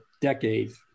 decades